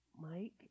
Mike